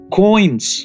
coins